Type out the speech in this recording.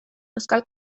euskal